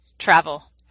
Travel